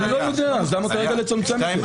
אני לא יודע, אבל למה לצמצם את זה?